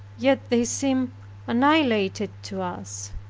yet they seem annihilated to us,